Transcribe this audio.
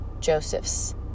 Joseph's